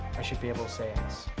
i should be able to say ass.